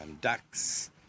ducks